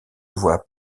voie